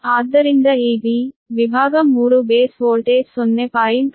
ಆದ್ದರಿಂದ ಈ b ವಿಭಾಗ 3 ಬೇಸ್ ವೋಲ್ಟೇಜ್ 0